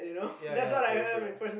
ya ya for real for real